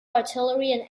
artillery